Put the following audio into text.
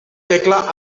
tecla